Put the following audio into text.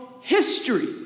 history